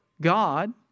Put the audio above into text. God